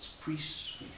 Priests